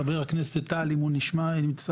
גם חבר הכנסת טל אם הוא עדיין ב-זום.